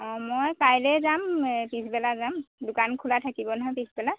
অ মই কাইলৈ যাম এ পিছবেলা যাম দোকান খোলা থাকিব নহয় পিছবেলা